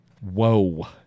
Whoa